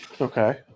Okay